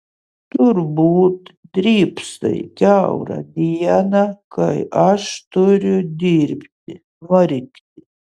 turbūt drybsai kiaurą dieną kai aš turiu dirbti vargti